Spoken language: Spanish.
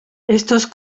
estos